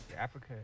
Africa